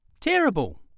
terrible